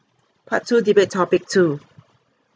part two debate topic two